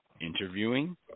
interviewing